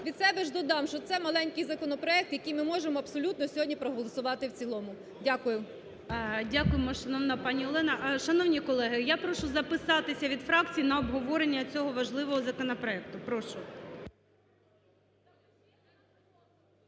Від себе ж додам, що це маленький законопроект, який ми можемо абсолютно сьогодні проголосувати в цілому. Дякую. ГОЛОВУЮЧИЙ. Дякуємо, шановна пані Олена. Шановні колеги, я прошу записатися від фракцій на обговорення цього важливого законопроекту. Прошу.